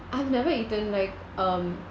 I've never eaten like um